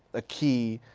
a key,